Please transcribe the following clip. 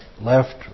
left